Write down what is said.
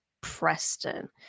Preston